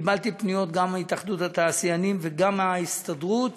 קיבלתי פניות גם מהתאחדות התעשיינים וגם מההסתדרות,